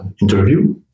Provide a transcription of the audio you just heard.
interview